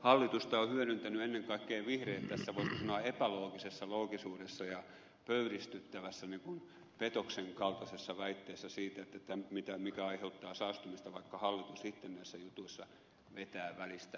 hallitusta ovat hyödyntäneet ennen kaikkea vihreät tässä voisi sanoa epäloogisessa loogisuudessa ja pöyristyttävässä petoksen kaltaisessa väitteessä siitä mikä aiheuttaa saastumista vaikka hallitus itse näissä jutuissa vetää välistä